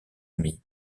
amis